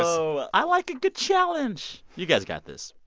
whoa. i like a good challenge. you guys got this.